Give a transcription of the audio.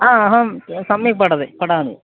आ अहं सम्यक् पठामि पठामि